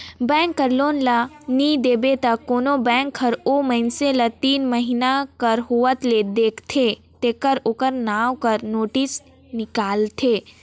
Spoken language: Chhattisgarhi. बेंक कर लोन ल नी देबे त कोनो बेंक हर ओ मइनसे ल तीन महिना कर होवत ले देखथे तेकर ओकर नांव कर नोटिस हिंकालथे